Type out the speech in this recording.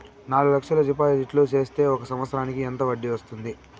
నాలుగు లక్షల డిపాజిట్లు సేస్తే ఒక సంవత్సరానికి ఎంత వడ్డీ వస్తుంది?